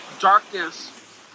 darkness